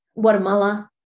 Guatemala